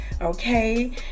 okay